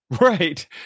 Right